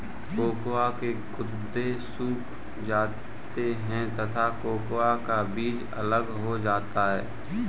cocoa के गुदे सूख जाते हैं तथा कोकोआ का बीज अलग हो जाता है